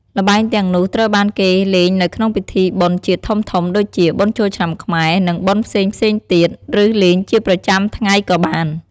ល្បែងទាំងនោះត្រូវបានគេលេងនៅក្នុងពិធីបុណ្យជាតិធំៗដូចជា បុណ្យចូលឆ្នាំខ្មែរ និងបុណ្យផ្សេងៗទៀត ឬលេងជាប្រចាំថ្ងៃក៏បាន។